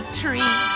tree